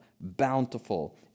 bountiful